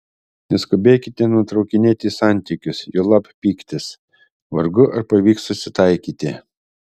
neskubėkite nutraukinėti santykius juolab pyktis vargu ar pavyks susitaikyti